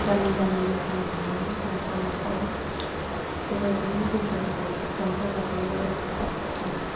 गामि गामि मोसानो थाङो न'खर न'खर बे बायदिनो बैसागुखौ रंजा बाजायै बर'फोरा फालियो